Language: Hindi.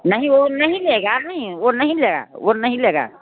नहीं वह नहीं लेगा नहीं वह नहीं लेगा वह नहीं लेगा